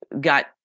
got